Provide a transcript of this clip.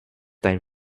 time